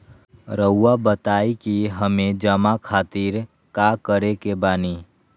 रहुआ बताइं कि हमें जमा खातिर का करे के बानी?